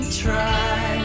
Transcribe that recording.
try